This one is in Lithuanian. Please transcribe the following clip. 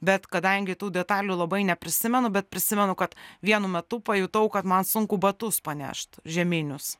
bet kadangi tų detalių labai neprisimenu bet prisimenu kad vienu metu pajutau kad man sunku batus panešt žieminius